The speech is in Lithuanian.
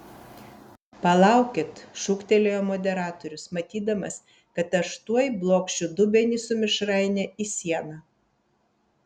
palaukit šūktelėjo moderatorius matydamas kad aš tuoj blokšiu dubenį su mišraine į sieną